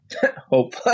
Hope